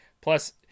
plus